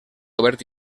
obert